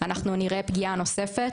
אנחנו נראה פגיעה נוספת.